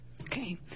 Okay